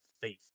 faith